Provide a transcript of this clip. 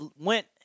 went